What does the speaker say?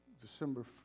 December